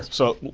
so,